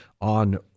on